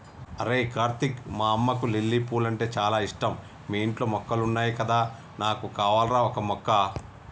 అరేయ్ కార్తీక్ మా అమ్మకు లిల్లీ పూలంటే చాల ఇష్టం మీ ఇంట్లో మొక్కలున్నాయి కదా నాకు కావాల్రా ఓక మొక్క